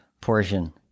portion